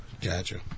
Gotcha